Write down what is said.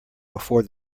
before